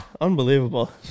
Unbelievable